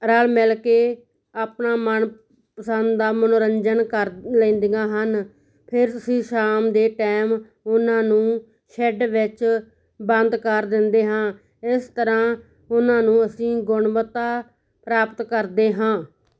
ਰਲ ਮਿਲ ਕੇ ਆਪਣਾ ਮਨਪਸੰਦ ਦਾ ਮਨੋਰੰਜਨ ਕਰ ਲੈਂਦੀਆਂ ਹਨ ਫਿਰ ਅਸੀਂ ਸ਼ਾਮ ਦੇ ਟਾਈਮ ਉਹਨਾਂ ਨੂੰ ਸ਼ੈਡ ਵਿੱਚ ਬੰਦ ਕਰ ਦਿੰਦੇ ਹਾਂ ਇਸ ਤਰ੍ਹਾਂ ਉਹਨਾਂ ਨੂੰ ਅਸੀਂ ਗੁਣਵੱਤਾ ਪ੍ਰਾਪਤ ਕਰਦੇ ਹਾਂ